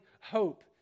hope